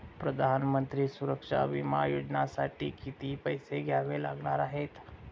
प्रधानमंत्री सुरक्षा विमा योजनेसाठी किती पैसे द्यावे लागणार आहेत?